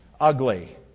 ugly